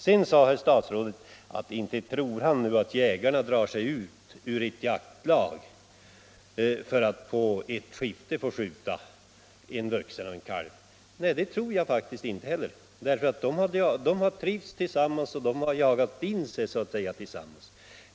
Sedan sade herr statsrådet att han inte tror att jägarna drar sig ur ett jaktlag för att på ett skifte få skjuta en vuxen älg och en kalv. Nej, det tror faktiskt inte jag heller, eftersom de har trivts bra med varandra och så att säga ”jagat in sig” tillsammans.